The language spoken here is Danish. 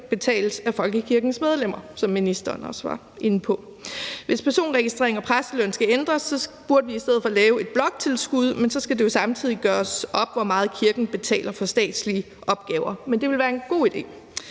betales af folkekirkens medlemmer, hvad ministeren også var inde på. Hvis personregistrering og præsteløn skal ændres, burde vi i stedet lave et bloktilskud, men så skal det jo samtidig gøres op, hvor meget kirken betaler for statslige opgaver, men det ville være en god idé.